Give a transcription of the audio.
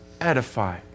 edify